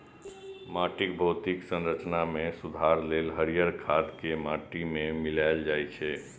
माटिक भौतिक संरचना मे सुधार लेल हरियर खाद कें माटि मे मिलाएल जाइ छै